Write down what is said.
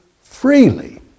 freely